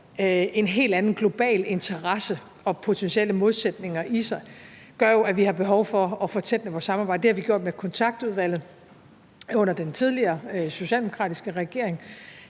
en helt anden global interesse og potentielle modsætninger i sig, gør jo, at vi har behov for at få tætnet vores samarbejde. Det har vi gjort med kontaktudvalget under den tidligere socialdemokratiske regering.